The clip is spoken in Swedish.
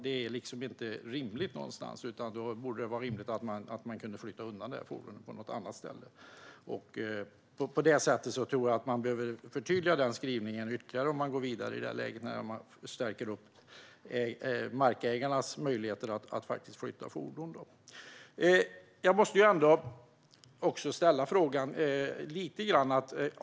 Det är inte rimligt någonstans. Det borde vara rimligt att man kunde flytta undan fordonet till något annat ställe. På det sättet behöver man förtydliga skrivningen ytterligare om man går vidare i detta läge och stärker markägarnas möjligheter att flytta fordon. Jag måste ändå ställa en fråga.